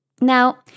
Now